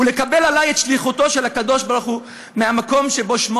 ולקבל עלי את שליחותו של הקדוש-ברוך-הוא מהמקום שבו שמו